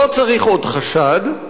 לא צריך עוד חשד,